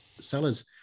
Sellers